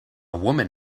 woman